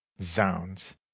zounds